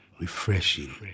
refreshing